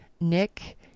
Nick